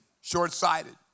short-sighted